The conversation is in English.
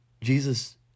Jesus